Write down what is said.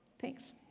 Thanks